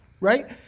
right